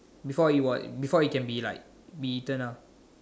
before it what before it can be like be eaten ah